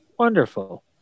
wonderful